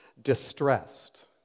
distressed